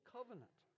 Covenant